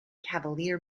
cavalier